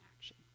action